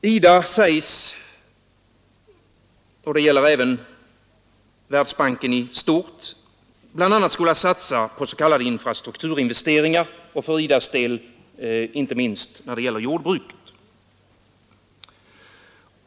IDA sägs — och det gäller även Världsbanken i stort — bl.a. skola satsa på s.k. infrastrukturinvesteringar, för IDA:s del inte minst när det gäller jordbruket.